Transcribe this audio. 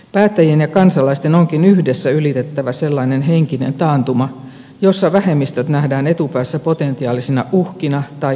päättäjien ja kansalaisten onkin yhdessä ylitettävä sellainen henkinen taantuma jossa vähemmistöt nähdään etupäässä potentiaalisina uhkina tai kustannuksina